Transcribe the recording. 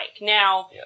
Now